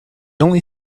only